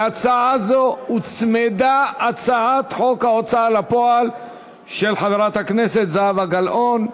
להצעה זו הוצמדה הצעת חוק ההוצאה לפועל של חברת הכנסת זהבה גלאון.